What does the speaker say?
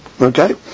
Okay